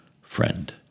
friend